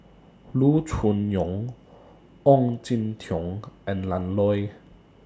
Loo Choon Yong Ong Jin Teong and Ian Loy